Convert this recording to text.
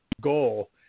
goal